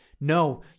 no